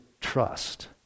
trust